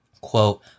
Quote